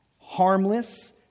harmless